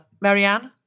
Marianne